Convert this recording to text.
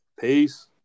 Peace